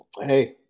Hey